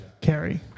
Carrie